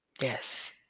Yes